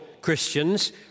Christians